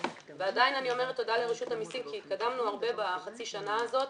עדיין אני אומרת תודה לרשות המסים כי התקדמנו הרבה בחצי השנה הזאת.